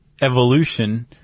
evolution